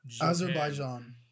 Azerbaijan